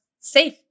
safe